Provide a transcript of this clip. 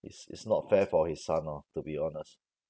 it's it's not fair for his son lor to be honest